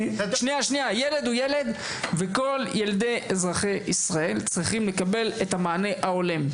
ילד הוא ילד וכל ילדי מדינת ישראל צריכים לקבל את המענה ההולם.